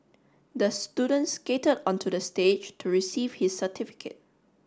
the student skated onto the stage to receive his certificate